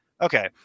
Okay